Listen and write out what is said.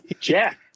Jack